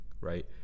right